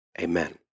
Amen